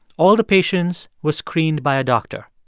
all the patients were screened by a doctor.